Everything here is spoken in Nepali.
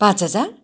पाँच हजार